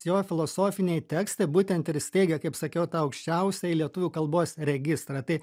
jo filosofiniai tekstai būtent ir jis teigia kaip sakiau tą aukščiausiąjį lietuvių kalbos registrą tai